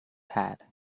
had